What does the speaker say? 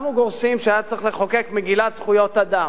אנחנו גורסים שהיה צריך לחוקק מגילת זכויות אדם.